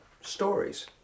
stories